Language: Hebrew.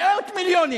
מאות מיליונים,